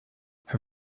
her